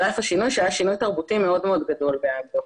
אף השינוי שהיה שינוי תרבותי מאוד מאוד גדול באמדוקס.